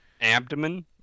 Abdomen